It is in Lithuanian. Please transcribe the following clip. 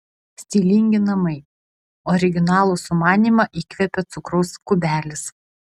stilingi namai originalų sumanymą įkvėpė cukraus kubelis